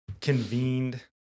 convened